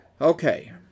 okay